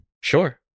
Sure